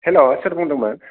हेल' सोर बुंदोंमोन